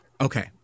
Okay